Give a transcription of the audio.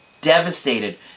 devastated